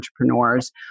entrepreneurs